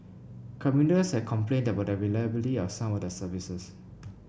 commuters had complained about the reliability of some of the services